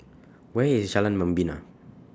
Where IS Jalan Membina